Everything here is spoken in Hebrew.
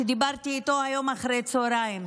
שדיברתי איתו היום אחר הצוהריים.